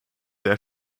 der